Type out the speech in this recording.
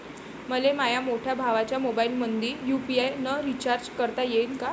मले माह्या मोठ्या भावाच्या मोबाईलमंदी यू.पी.आय न रिचार्ज करता येईन का?